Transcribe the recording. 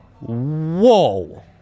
Whoa